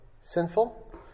sinful